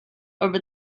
over